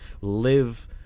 live